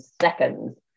seconds